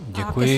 Děkuji.